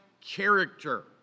character